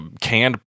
canned